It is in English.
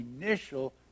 initial